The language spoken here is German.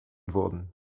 wurden